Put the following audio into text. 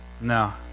No